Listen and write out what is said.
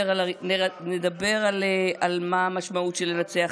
נדבר על מה המשמעות של לנצח,